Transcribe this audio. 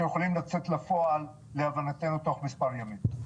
שיכולות לצאת לפועל להבנתנו תוך מספר ימים.